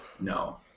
No